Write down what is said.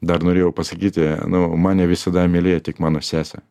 dar norėjau pasakyti nu mane visada mylėjo tik mano sesė